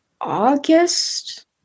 August